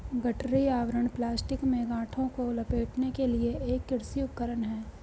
गठरी आवरण प्लास्टिक में गांठों को लपेटने के लिए एक कृषि उपकरण है